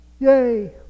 Yay